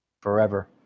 forever